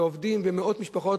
ועובדים ומאות משפחות,